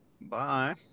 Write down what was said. Bye